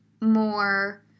more